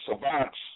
savants